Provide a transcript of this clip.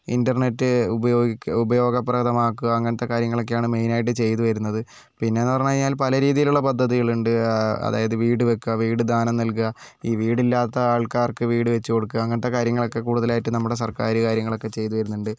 internet ഉപയോ ഉപയോഗപ്രദമാക്കുക അങ്ങനത്തെ കാര്യങ്ങളൊക്കെയാണ് മെയിൻ ആയിട്ട് ചെയ്തുവരുന്നത് പിന്നെ എന്ന് പറഞ്ഞുകഴിഞ്ഞാൽ പല രീതിയിലുള്ള പദ്ധതികളുണ്ട് അതായത് വീട് വയ്ക്കുക വീട് ദാനം നൽകുക ഈ വീടില്ലാത്ത ആൾക്കാർക്ക് വീട് വെച്ചു കൊടുക്കുക അങ്ങനത്തെ കാര്യങ്ങളൊക്കെ കൂടുതലായിട്ട് നമ്മുടെ സർക്കാർ കാര്യങ്ങളൊക്കെ ചെയ്ത് വരുന്നുണ്ട്